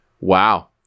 wow